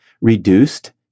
reduced